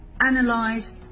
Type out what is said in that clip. analyze